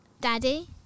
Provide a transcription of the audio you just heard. Daddy